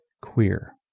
queer